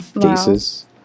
cases